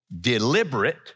deliberate